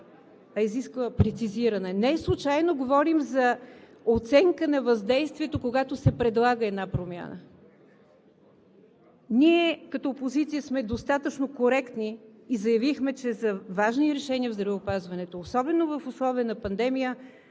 а изисква прецизиране. Неслучайно говорим за оценка на въздействието, когато се предлага промяна. Ние като опозиция сме достатъчно коректни и заявихме, че за важни решения в здравеопазването, особено в условия на пандемия,